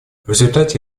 результате